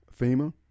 FEMA